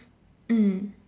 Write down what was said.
mm